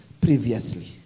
previously